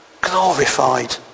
glorified